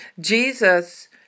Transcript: Jesus